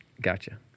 gotcha